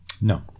No